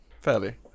Fairly